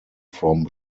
from